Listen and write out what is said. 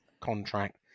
contract